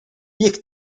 gick